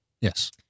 Yes